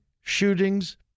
shootings